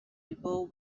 people